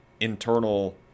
Internal